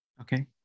Okay